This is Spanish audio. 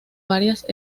varias